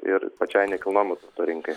ir pačiai nekilnojamo turto rinkai